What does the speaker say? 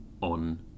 on